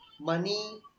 Money